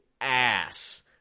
ass